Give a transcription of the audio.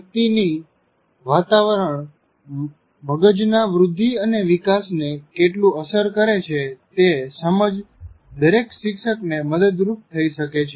વ્યક્તિની વાતાવરણ મગજના વૃધ્ધિ અને વિકાસને કેટલું અસર કરે છે તે સમજ દરેક શિક્ષકને મદદરૂપ થઈ શકે છે